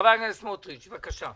חבר הכנסת סמוטריץ', בבקשה.